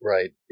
Right